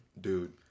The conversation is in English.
dude